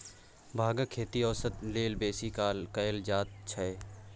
भांगक खेती औषध लेल बेसी काल कएल जाइत छै